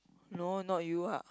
no not you ah